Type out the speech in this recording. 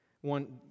one